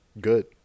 Good